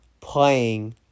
playing